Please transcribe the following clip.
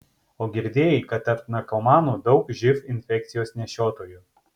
o girdėjai kad tarp narkomanų daug živ infekcijos nešiotojų